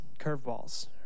curveballs